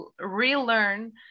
relearn